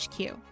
HQ